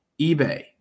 eBay